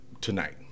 tonight